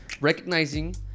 recognizing